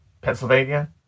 Pennsylvania